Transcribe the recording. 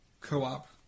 co-op